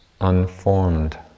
unformed